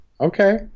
okay